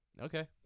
Okay